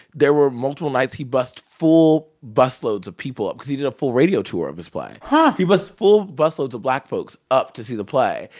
there were multiple nights he bussed full busloads of people up because he did a full radio tour of his play. but he bussed full busloads of black folks up to see the play,